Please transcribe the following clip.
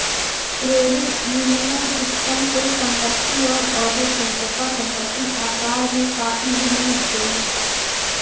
credit union system कुल संपत्ति और औसत संस्था संपत्ति आकार में काफ़ी भिन्न होते हैं